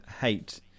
hate